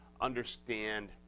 understand